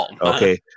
okay